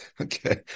Okay